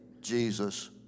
Jesus